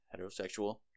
heterosexual